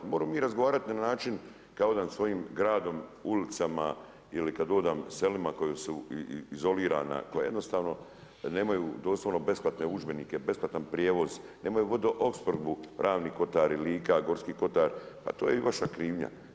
Možemo mi razgovarati na način kad hodam svojim gradom, ulicama ili kad hodam selima koja su izolirana, koja jednostavno nemaju doslovno besplatne udžbenike, besplatni prijevoz, nemaju vodoopskrbu, Ravni kotari, Lika, Gorski kotar, pa to je i vaša krivnja.